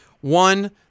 One